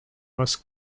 was